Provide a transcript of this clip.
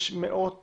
יש מאות